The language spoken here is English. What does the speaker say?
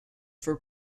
for